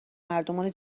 مردمان